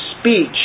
speech